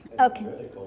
Okay